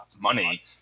money